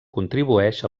contribueix